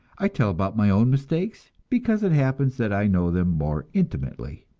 i tell about my own mistakes, because it happens that i know them more intimately.